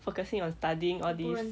focusing on studying all these